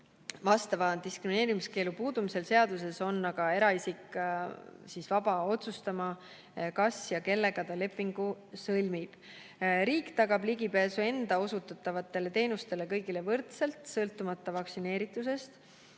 vastava diskrimineerimiskeelu puudumisel seaduses on eraisik vaba otsustama, kas ja kellega ta lepingu sõlmib. Riik tagab ligipääsu enda osutatavatele teenustele kõigile võrdselt, sõltumata vaktsineeritusest.